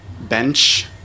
bench